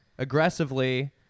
Aggressively